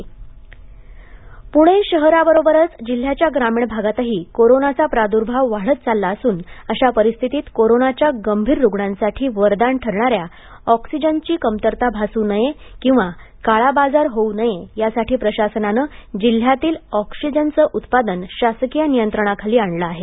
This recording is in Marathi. ऑक्सिजन परवठा पूणे शहराबरोबरच जिल्ह्याच्या ग्रामीण भागातही कोरोनाचा प्रादुर्भाव वाढत चालला असुन अशा परिस्थितीत कोरोनाच्या गंभीर रुग्णांसाठी वरदान ठरणाऱ्या ऑक्सिजनची कमतरता भासू नये किंवा काळा बाजारही होऊ नये यासाठी प्रशासनानं जिल्ह्यातील ऑक्सिजनचं उत्पादन शासकीय नियंत्रणाखाली आणलं आहे